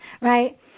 right